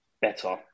better